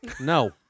No